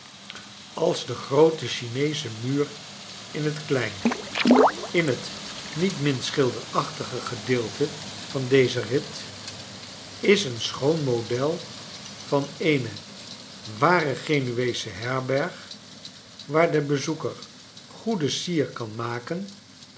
als de groote ghineesche muur in het klein in het niet minst schilderachtige gedeelte van dezen rit is een schoon model van eene ware genueesche herberg waar de bezoeker goede sier kan maken